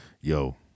Yo